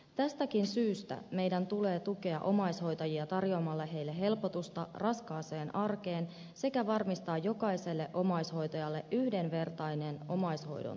tästäkin syystä meidän tulee tukea omaishoitajia tarjoamalla heille helpotusta raskaaseen arkeen sekä varmistaa jokaiselle omaishoitajalle yhdenvertainen omaishoidon tuki